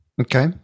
Okay